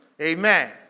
Amen